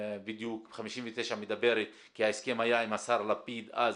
כי ההסכם היה עם השר לפיד אז,